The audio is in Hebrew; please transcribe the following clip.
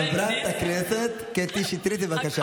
חברת הכנסת קטי שטרית, בבקשה.